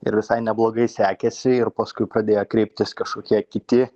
ir visai neblogai sekėsi ir paskui pradėjo kreiptis kažkokie kiti